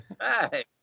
Hi